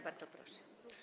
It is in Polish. Bardzo proszę.